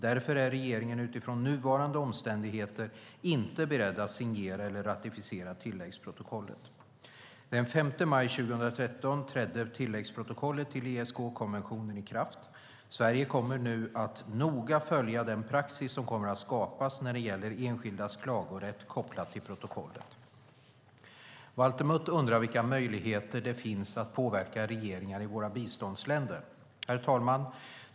Därför är regeringen utifrån nuvarande omständigheter inte beredd att signera eller ratificera tilläggsprotokollet. Den 5 maj 2013 trädde tilläggsprotokollet till ESK-konventionen i kraft. Sverige kommer nu att noga följa den praxis som kommer att skapas när det gäller enskildas klagorätt kopplat till protokollet. Walter Mutt undrar vilka möjligheter det finns att påverka regeringar i våra biståndsländer. Herr talman!